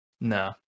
No